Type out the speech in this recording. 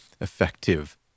effective